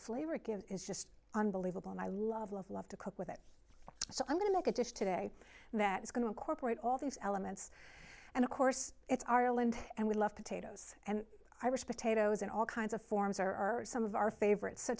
flavor it gives is just unbelievable and i love love love to cook with it so i'm going to make a dish today that is going to incorporate all these elements and of course it's our land and we love potatoes and irish potatoes and all kinds of forms are some of our favorites so